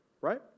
Right